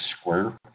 square